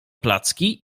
placki